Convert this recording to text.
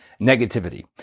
negativity